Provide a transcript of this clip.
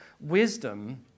Wisdom